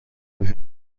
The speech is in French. vus